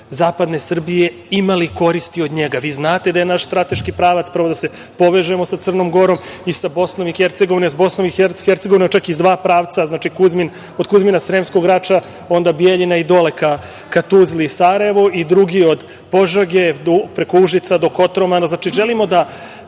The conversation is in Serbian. zapadne Srbije imali koristi od njega. Vi znate da je naš strateški pravac prvo da se povežemo sa Crnom Gorom i sa Bosnom i Hercegovinom, jer sa Bosnom i Hercegovinom čak iz dva pravca, od Kuzmina, Sremskog Rača, onda Bijeljina i dole ka Tuzli i Sarajevu i drugi od Požege preko Užica do Kotromana. Znači, želimo da